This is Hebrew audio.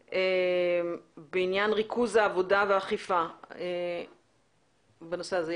בעניין ריכוז העבודה והאכיפה בנושא הזה,